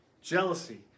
Jealousy